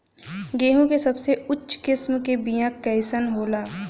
गेहूँ के सबसे उच्च किस्म के बीया कैसन होला?